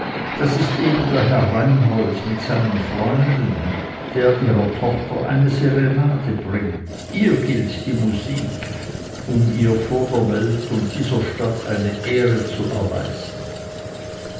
das ist eben der herr reinhold mit seinen freunden der ihrer tochter eine serenade bringt ihr gilt die musik um ihr vor der welt und dieser stadt eine ehre zu erweisen